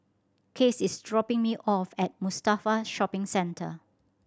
Case is dropping me off at Mustafa Shopping Centre